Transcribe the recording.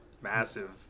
massive